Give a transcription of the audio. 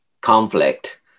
conflict